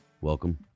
Welcome